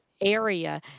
area